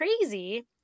crazy